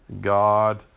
God